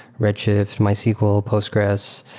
red shifts, mysql, postgres,